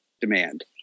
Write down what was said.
demand